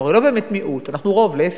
אנחנו הרי לא באמת מיעוט, אנחנו רוב, להיפך.